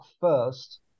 first